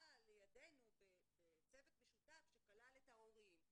לידינו בצוות משותף שכלל את ההורים,